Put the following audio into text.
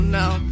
now